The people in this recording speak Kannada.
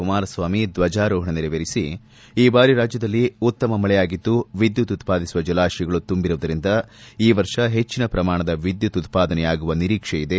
ಕುಮಾರಸ್ವಾಮಿ ದ್ವಜಾರೋಹಣ ನೆರವೇರಿಸಿ ಈ ಬಾರಿ ರಾಜ್ಯದಲ್ಲಿ ಉತ್ತಮ ಮಳೆಯಾಗಿದ್ದು ವಿದ್ಯುತ್ ಉತ್ಪಾದಿಸುವ ಜಲಾಶಯಗಳು ತುಂಬಿರುವುದರಿಂದ ಈ ವರ್ಷ ಹೆಚ್ಚಿನ ಪ್ರಮಾಣದ ವಿದ್ಯುತ್ ಉತ್ಪಾದನೆಯಾಗುವ ನಿರೀಕ್ಷೆ ಇದೆ